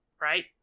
right